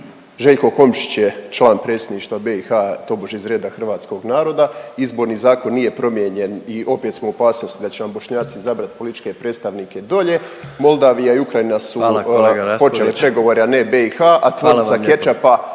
Željko Komšić je član Predsjedništva BiH tobože iz reda hrvatskog naroda. Izborni zakon nije promijenjen i opet smo u opasnosti da će nam Bošnjaci izabrati političke predstavnike dolje. Moldavija i Ukrajina su počele pregovore … …/Upadica predsjednik: